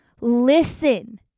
listen